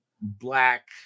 black